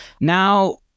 Now